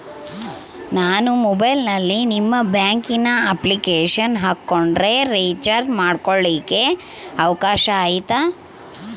ನಾನು ಮೊಬೈಲಿನಲ್ಲಿ ನಿಮ್ಮ ಬ್ಯಾಂಕಿನ ಅಪ್ಲಿಕೇಶನ್ ಹಾಕೊಂಡ್ರೆ ರೇಚಾರ್ಜ್ ಮಾಡ್ಕೊಳಿಕ್ಕೇ ಅವಕಾಶ ಐತಾ?